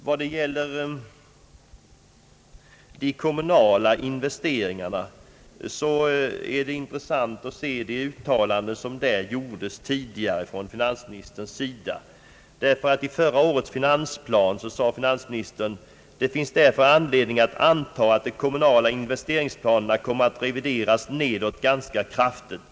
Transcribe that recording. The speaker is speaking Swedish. Beträffande de kommunala investeringarna är det intressant att läsa de uttalanden som finansministern tidigare gjorde. I förra årets finansplan framhöll finansministern: »Det finns därför anledning att anta att de kommunala investeringsplanerna kommer att revideras nedåt ganska kraftigt.